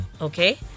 okay